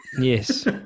Yes